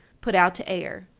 put out to air.